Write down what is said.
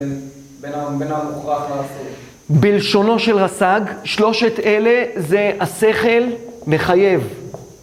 בין המוכרח לרסאג. בלשונו של רסאג, שלושת אלה זה השכל מחייב.